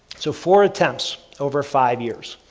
so, four attempts over five years.